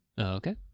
Okay